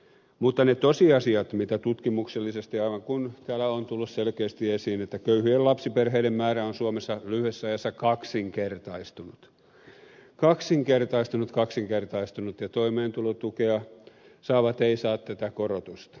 mutta tutkimuksellisesti on todettu ne tosiasiat aivan kuten täällä on tullut selkeästi esiin että köyhien lapsiperheiden määrä on suomessa lyhyessä ajassa kaksinkertaistunut kaksinkertaistunut kaksinkertaistunut ja toimeentulotukea saavat eivät saa tätä korotusta